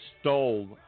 stole